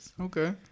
Okay